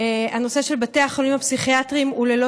נושא בתי החולים הפסיכיאטריים הוא ללא